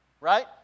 Right